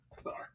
Sorry